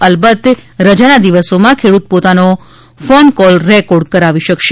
અલબત રજાના દિવસોમાં ખેડૂત પોતાનો ફોન કોલ રેકોર્ડ કરવી શકશે